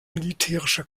militärische